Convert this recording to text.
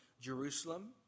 Jerusalem